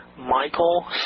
Michael